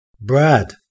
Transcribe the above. Brad